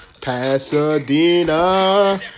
Pasadena